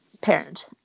parent